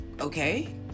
okay